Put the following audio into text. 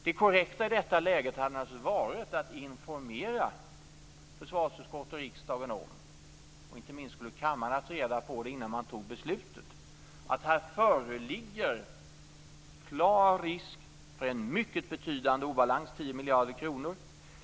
Det korrekta i detta läge hade naturligtvis varit att informera försvarsutskott och riksdag - inte minst skulle kammaren ha fått reda på det innan man fattade beslutet - om att här föreligger klar risk för en mycket betydande obalans, 10 miljarder kronor.